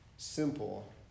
simple